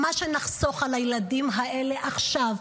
על הילדים האלה עכשיו,